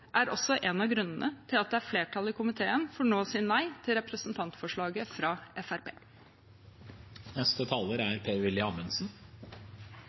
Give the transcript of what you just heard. er også en av grunnene til at det nå er flertall i komiteen for å si nei til representantforslaget fra